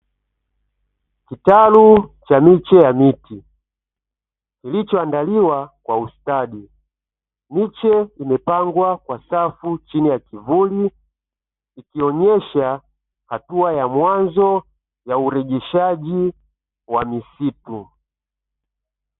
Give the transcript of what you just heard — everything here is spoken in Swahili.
Kitalu cha miche ya miti kilichoandaliwa kwa ustadi. Miche imepangwa kwa safu chini ya kivuli ikionyesha hatua ya mwanzo ya urejeshaji wa misitu.